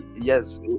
Yes